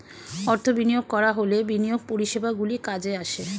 অর্থ বিনিয়োগ করা হলে বিনিয়োগ পরিষেবাগুলি কাজে আসে